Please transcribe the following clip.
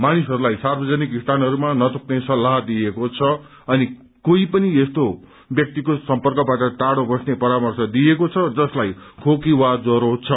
मानिसहरूलाई सार्वजनिक स्थानहरूमा नथुक्ने सल्लाह दिइएको छ अनि कोही पनि यस्तो व्यक्तिको सम्पर्कबाट टाड्रो बस्ने परामर्श दिइएको छ जसलाई खोकी वा ज्वरो छ